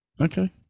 Okay